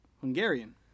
Hungarian